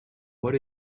what